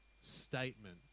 statement